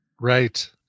Right